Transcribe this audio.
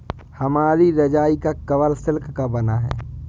हमारी रजाई का कवर सिल्क का बना है